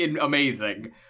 amazing